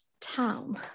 town